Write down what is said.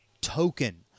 token